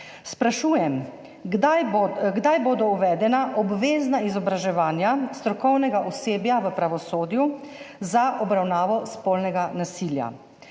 Sprašujem: Kdaj bodo uvedena obvezna izobraževanja strokovnega osebja v pravosodju za obravnavo spolnega nasilja?